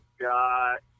got